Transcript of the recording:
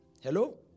Hello